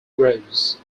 rose